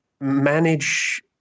manage